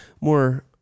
more